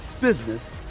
business